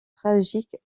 tragique